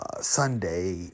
Sunday